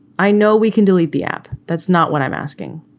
i know we can delete the app. that's not what i'm asking.